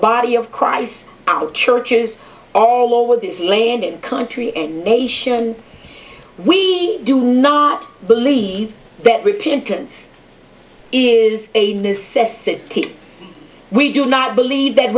body of christ our churches all over this land in country and asian we do not believe that repentance is a necessity we do not believe that